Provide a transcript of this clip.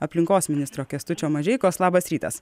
aplinkos ministro kęstučio mažeikos labas rytas